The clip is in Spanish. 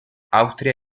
austria